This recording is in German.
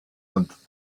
und